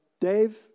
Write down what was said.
Dave